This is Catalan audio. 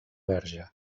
verge